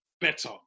better